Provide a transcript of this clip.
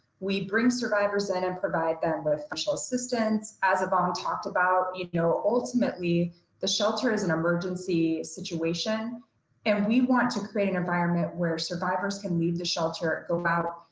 we bring survivors in and provide them with special assistance. as ivon um talked about, you know, ultimately the shelter is an emergency situation and we want to create an environment where survivors can leave the shelter, go out,